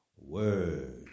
word